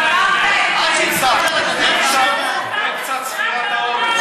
ניסן, תן קצת ספירת העומר.